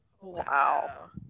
Wow